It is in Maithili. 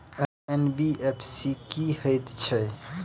एन.बी.एफ.सी की हएत छै?